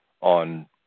on